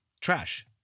trash